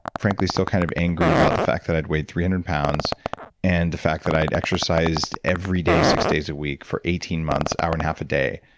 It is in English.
frankly, still kind of angry about the fact that i'd weighed three hundred pounds and the fact that i'd exercised every day, six days a week for eighteen months, hour and a half a day.